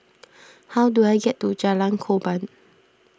how do I get to Jalan Korban